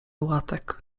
łatek